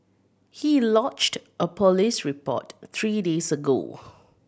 he lodged a police report three days ago